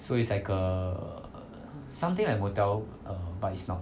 so it's like err something like motel but it's not